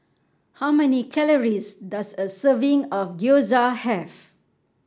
how many calories does a serving of Gyoza Have